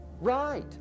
right